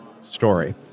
story